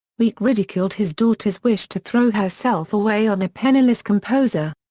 wieck ridiculed his daughter's wish to throw herself away on a penniless composer.